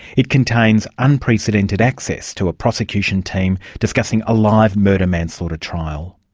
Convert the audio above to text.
it contains unprecedented access to a prosecution team discussing a live murder manslaughter trial.